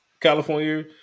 California